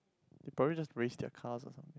they probably just race their cars or something